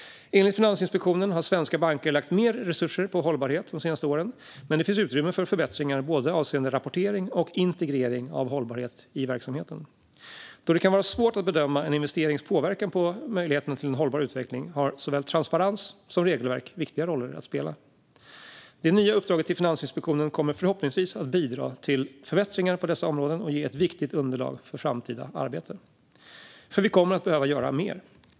Enligt Finansinspektionen har svenska banker lagt mer resurser på hållbarhet de senaste åren, men det finns utrymme för förbättringar avseende både rapportering och integrering av hållbarhet i verksamheten. Då det kan vara svårt att bedöma en investerings påverkan på möjligheterna till en hållbar utveckling har såväl transparens som regelverk viktiga roller att spela. Det nya uppdraget till Finansinspektionen kommer förhoppningsvis att bidra till förbättringar på dessa områden och ge ett viktigt underlag för framtida arbete, för vi kommer att behöva göra mer.